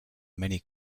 many